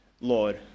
Lord